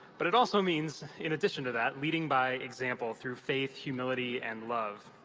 but it also means in addition to that leading by example through faith, humility and love.